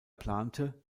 plante